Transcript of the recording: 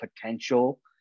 potential